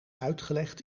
uitgelegd